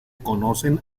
conocen